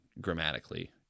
grammatically